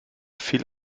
viel